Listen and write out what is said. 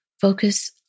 focus